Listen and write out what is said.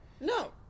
No